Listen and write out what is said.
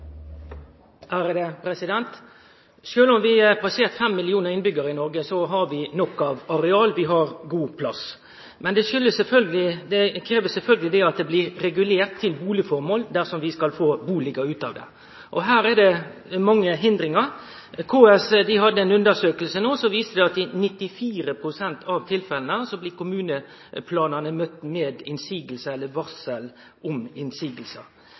plass – men det krevst sjølvsagt at det blir regulert til boligformål dersom vi skal få bustader ut av det. Her er det mange hindringar. KS hadde ei undersøking no som viste at i 94 pst. av tilfella blir kommuneplanane møtte med innseiingar eller varsel om